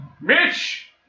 Mitch